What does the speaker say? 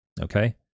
Okay